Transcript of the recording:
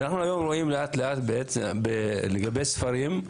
אנחנו רואים לגבי ספרים,